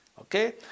Okay